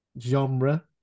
genre